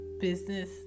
business